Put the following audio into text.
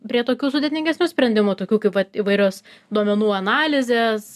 prie tokių sudėtingesnių sprendimų tokių kaip vat įvairius duomenų analizės